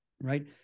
right